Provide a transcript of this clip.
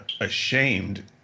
ashamed